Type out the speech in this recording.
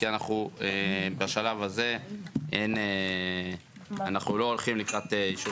כי בשלב הזה אנחנו לא הולכים לקראת אישור